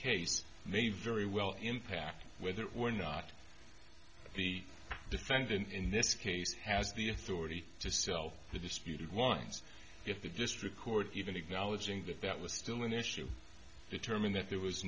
case may very well impact whether or not the defendant in this case has the authority to sell the disputed ones if they just record even acknowledging that that was still an issue determined that there was